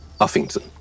Uffington